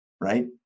Right